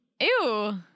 Ew